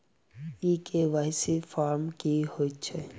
ई KYC form की हएत छै?